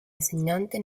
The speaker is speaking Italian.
insegnante